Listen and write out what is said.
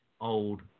old